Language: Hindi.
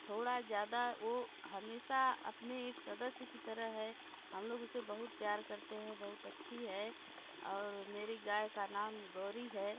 थोड़ा ज़्यादा वो हमेशा अपनी एक सदस्य की तरह है हम लोग उसे बहुत प्यार करते हैं बहुत अच्छी है और मेरी गाय का नाम गौरी है